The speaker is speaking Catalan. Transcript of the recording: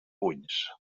ulls